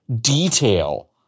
detail